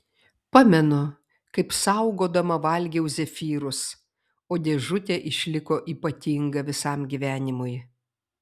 pamenu kaip saugodama valgiau zefyrus o dėžutė išliko ypatinga visam gyvenimui